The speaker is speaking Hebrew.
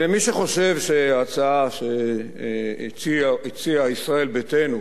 ומי שחושב שההצעה שהציעה ישראל ביתנו,